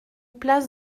place